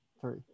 three